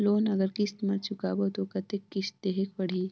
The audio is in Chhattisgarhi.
लोन अगर किस्त म चुकाबो तो कतेक किस्त देहेक पढ़ही?